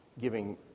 giving